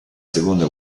seconda